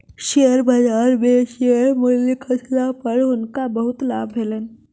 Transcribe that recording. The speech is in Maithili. शेयर बजार में शेयर मूल्य खसला पर हुनकर बहुत लाभ भेलैन